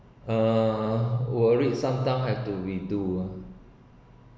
uh worried sometime have to redo